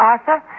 Arthur